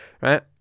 right